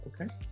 Okay